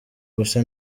gusa